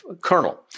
colonel